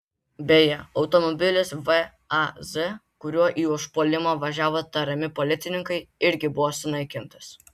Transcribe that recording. beje automobilis vaz kuriuo į užpuolimą važiavo tariami policininkai irgi buvo sunaikintas